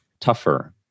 tougher